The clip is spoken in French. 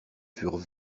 furent